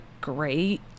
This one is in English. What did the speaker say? great